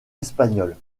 espagnol